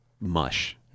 mush